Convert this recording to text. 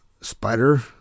Spider